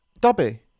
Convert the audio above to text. Dobby